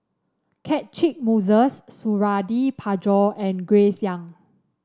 Catchick Moses Suradi Parjo and Grace Young